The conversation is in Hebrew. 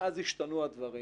מאז השתנו הדברים,